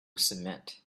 cement